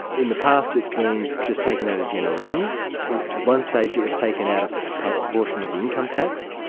in the past it's been just taken out of general revenue. at one stage it was taken out of the ah but proportion of the income tax,